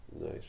Nice